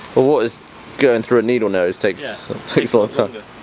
but water's going through a needle nose takes takes a lot